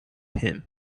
him